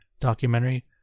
documentary